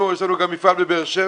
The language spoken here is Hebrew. יש לנו גם מפעל בבאר שבע.